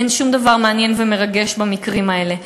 ואין שום דבר מעניין ומרגש במקרים האלה.